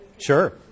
Sure